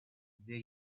were